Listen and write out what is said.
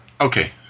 Okay